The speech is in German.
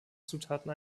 zutaten